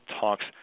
talks